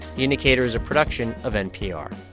the indicator is a production of npr